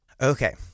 Okay